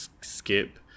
skip